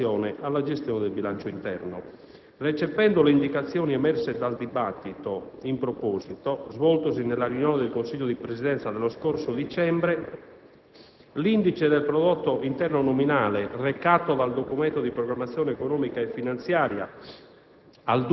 in relazione alla gestione del bilancio interno. Recependo le indicazioni emerse dal dibattito in proposito svoltosi nella riunione del Consiglio di Presidenza dello scorso dicembre, l'indice del prodotto interno nominale recato dal Documento di programmazione economico-finanziaria